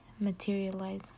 materialize